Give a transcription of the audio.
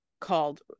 called